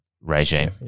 regime